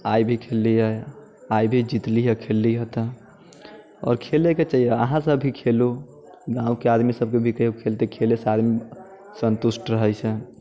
आइ भी खेलली हे आइ भी जीतली हेँ खेलली हे तऽ आओर खेलैके चाहियै अहाँसभ भी खेलू गामके आदमीसभके भी कहियौ खेलतै खेलयसँ आदमी सन्तुष्ट रहैत छै